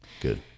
Good